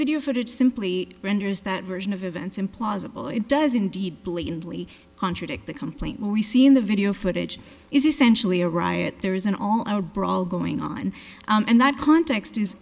video footage simply renders that version of events implausible it does indeed blatantly contradict the complaint when we see in the video footage is essentially a riot there is an all out brawl going on and that context is